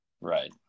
right